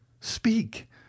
Speak